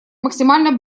максимально